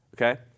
Okay